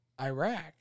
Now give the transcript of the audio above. Iraq